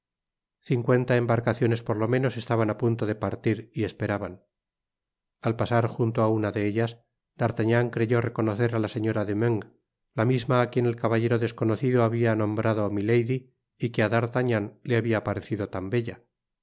cincuenta embarcaciones por lo menos estaban á punto de partir y esperaban al pasar junto á una de ellas d'artagnan creyó reconocer á la señora de meung la misma á quien el caballero desconocido habia nombrado milady y que á d'artagnan le habia parecido tan bella